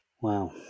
wow